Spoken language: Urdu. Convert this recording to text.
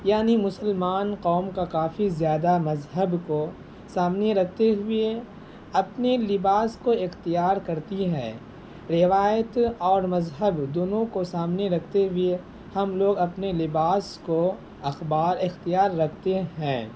یعنی مسلمان قوم کا کافی زیادہ مذہب کو سامنے رکھتے ہوئے اپنے لباس کو اختیار کرتی ہے روایت اور مذہب دونوں کو سامنے رکھتے ہوئے ہم لوگ اپنے لباس کو اخبار اختیار رکھتے ہیں